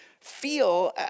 feel